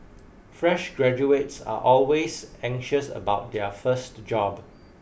fresh graduates are always anxious about their first job